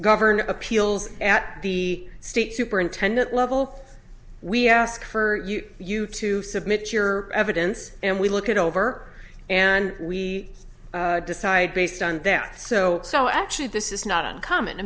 govern appeals at the state superintendent level we ask her you to submit your evidence and we look at over and we decide based on that so so actually this is not uncommon i